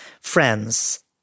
friends